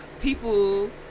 people